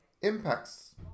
impacts